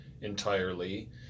entirely